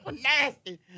Nasty